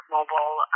Mobile